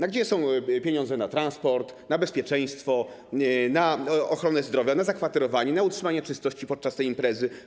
A gdzie są pieniądze na transport, na bezpieczeństwo, na ochronę zdrowia, na zakwaterowanie, na utrzymanie czystości podczas tej imprezy?